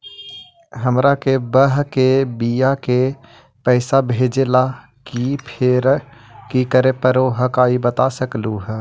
हमार के बह्र के बियाह के पैसा भेजे ला की करे परो हकाई बता सकलुहा?